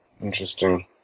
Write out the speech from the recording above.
Interesting